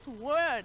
word